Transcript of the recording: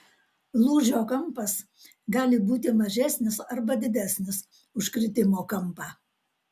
lūžio kampas gali būti mažesnis arba didesnis už kritimo kampą